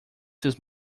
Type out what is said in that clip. seus